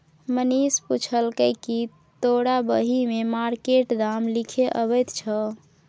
मनीष पुछलकै कि तोरा बही मे मार्केट दाम लिखे अबैत छौ